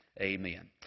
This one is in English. amen